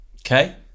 Okay